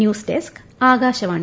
news desk Akashvani